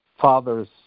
father's